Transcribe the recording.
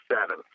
seven